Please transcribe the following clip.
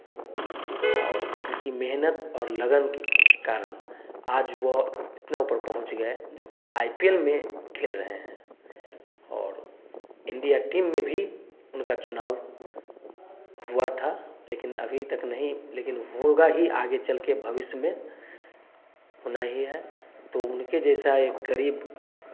और उनकी मेहनत और लगन के कारण आज वह इतना ऊपर पहुँच गए जोकि आई पी एल में खेल रहे हैं और इंडिया टीम में भी उनका चुनाव हुआ था लेकिन अभी तक नहीं लेकिन होगा ही आगे चलकर भविष्य में होना ही है तो उनके जैसा एक गरीब